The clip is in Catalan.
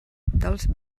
dels